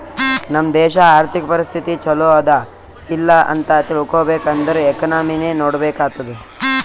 ನಮ್ ದೇಶಾ ಅರ್ಥಿಕ ಪರಿಸ್ಥಿತಿ ಛಲೋ ಅದಾ ಇಲ್ಲ ಅಂತ ತಿಳ್ಕೊಬೇಕ್ ಅಂದುರ್ ಎಕನಾಮಿನೆ ನೋಡ್ಬೇಕ್ ಆತ್ತುದ್